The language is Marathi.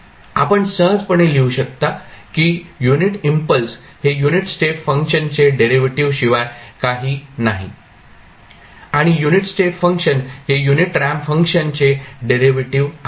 आपण सहजपणे लिहू शकता की युनिट इम्पल्स हे युनिट स्टेप फंक्शनचे डेरिव्हेटिव्ह् शिवाय काही नाही आणि युनिट स्टेप फंक्शन हे युनिट रॅम्प फंक्शनचे डेरिव्हेटिव्ह् आहे